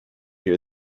hear